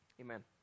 Amen